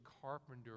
carpenter